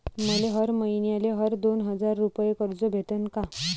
मले हर मईन्याले हर दोन हजार रुपये कर्ज भेटन का?